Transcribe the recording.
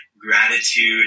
gratitude